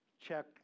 check